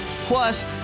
Plus